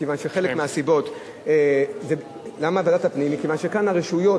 מכיוון שכאן הרשויות,